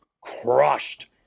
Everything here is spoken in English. crushed